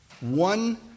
one